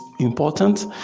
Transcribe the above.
important